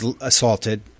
assaulted